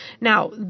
Now